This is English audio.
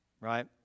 right